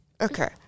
Okay